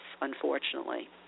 unfortunately